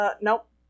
Nope